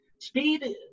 speed